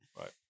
right